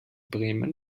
bremen